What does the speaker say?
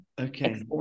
Okay